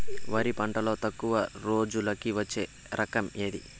వరి పంటలో తక్కువ రోజులకి వచ్చే రకం ఏది?